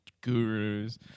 gurus